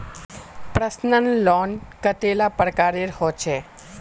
Personal loan कतेला प्रकारेर होचे?